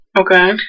Okay